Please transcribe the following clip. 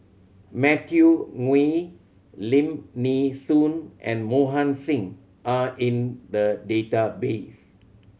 Matthew Ngui Lim Nee Soon and Mohan Singh are in the database